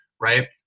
right